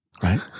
Right